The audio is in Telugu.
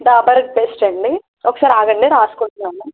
డాబర్ రెడ్ పేస్ట్ అండి ఒకసారి ఆగండి రాసుకుంటున్నాం